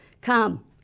Come